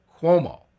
Cuomo